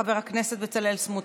הכנסת בצלאל סמוטריץ'.